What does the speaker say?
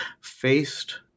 Faced